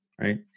right